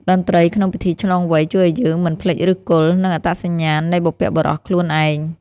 តន្ត្រីក្នុងពិធីឆ្លងវ័យ ជួយឱ្យយើងមិនភ្លេចឫសគល់ និងអត្តសញ្ញាណនៃបុព្វបុរសខ្លួនឯង។